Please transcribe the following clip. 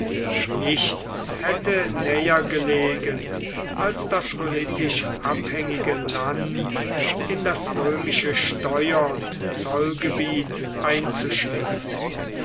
nichts hätte näher gelegen als das politisch abhängige land in das römische steuer und zollgebiet einzuschließen